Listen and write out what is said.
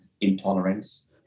intolerance